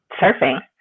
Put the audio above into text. surfing